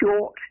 short